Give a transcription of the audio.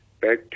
back